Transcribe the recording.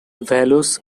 values